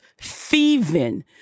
thieving